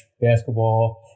basketball